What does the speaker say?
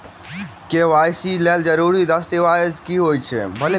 KYC लेल जरूरी दस्तावेज की होइत अछि?